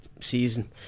season